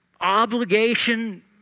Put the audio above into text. obligation